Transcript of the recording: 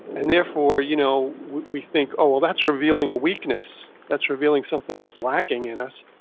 and therefore, you know we think, oh, well that's revealing a weakness. that's revealing something that's lacking in us.